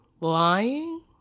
Lying